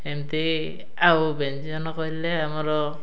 ଏମିତି ଆଉ ବ୍ୟଞ୍ଜନ କହିଲେ ଆମର